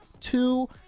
two